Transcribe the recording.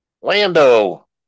Lando